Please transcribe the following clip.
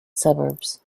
suburbs